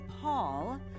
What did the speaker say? Paul